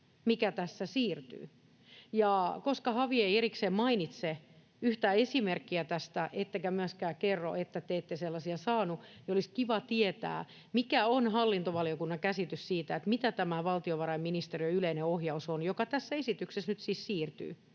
mikä tässä siirtyy. Ja koska HaV ei erikseen mainitse tästä yhtään esimerkkiä ettekä te myöskään kerro, että te ette sellaisia saanut, niin olisi kiva tietää, mikä on hallintovaliokunnan käsitys siitä, mitä tämä valtiovarainministeriön yleinen ohjaus on, joka tässä esityksessä nyt siis siirtyy.